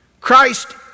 Christ